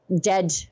dead